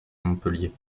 montpellier